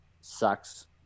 sucks